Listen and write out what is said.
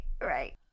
right